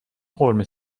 قرمه